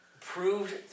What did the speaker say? proved